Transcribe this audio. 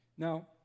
Now